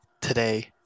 today